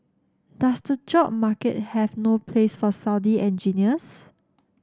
does the job market have no place for Saudi engineers